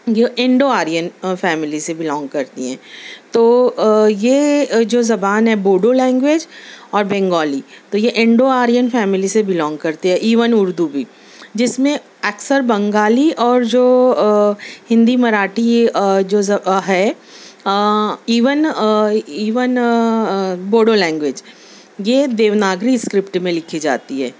یہ Indo Aryan family سے belong کرتی ہیں تو یہ جو زبان ہے بوڈو لینگویج اور بنگالی تو یہ انڈو آرین فیملی سے بلونگ کرتی ہے ایون اردو بھی جس میں اکثر بنگالی اور جو ہندی مراٹھی اور جو ہے ایون ایون بوڈو لینگویج یہ دیوناگری اسکرپٹ میں لکھی جاتی ہے